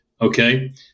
okay